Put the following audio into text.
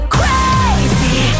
crazy